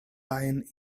lying